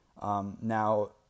Now